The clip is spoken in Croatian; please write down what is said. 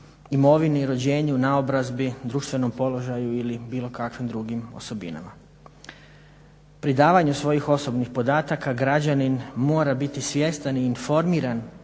imovini, rođenju, naobrazbi, društvenom položaju ili bilo kakvim drugim osobinama. Pridavanju svojih osobnih podataka građanin mora biti svjestan i informiran